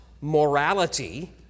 morality